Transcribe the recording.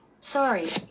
Sorry